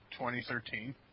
2013